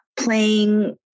playing